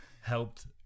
Helped